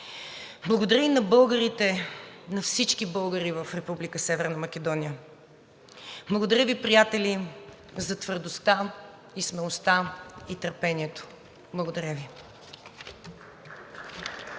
Благодаря и на българите, на всички българи в Република Северна Македония! Благодаря Ви, приятели, за твърдостта, за смелостта и търпението! Благодаря Ви.